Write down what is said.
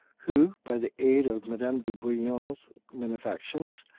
who, by the aid of madame de bullion's benefactions,